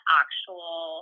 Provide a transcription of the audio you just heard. actual